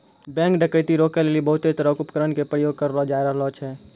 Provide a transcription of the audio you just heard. bank डकैती रोकै लेली बहुते तरहो के उपकरण के प्रयोग करलो जाय रहलो छै